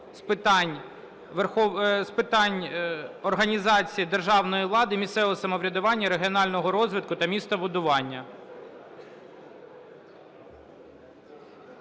з питань організації державної влади, місцевого самоврядування, регіонального розвитку та містобудування.